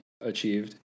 achieved